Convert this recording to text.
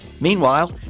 Meanwhile